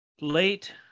late